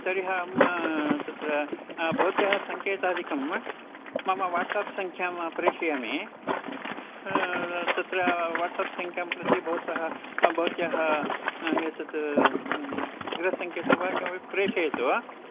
तर्हि अहं तत्र भवत्याः सङ्केतादिकं मम वाट्साप् सङ्ख्यां प्रेषयामि तत्र वाट्सप् सङ्ख्यां प्रति भवत्याः भवत्याः एतत् गृहसङ्केतं वा किमपि प्रेषयतु